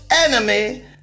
enemy